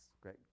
Great